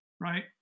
right